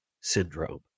syndrome